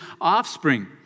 offspring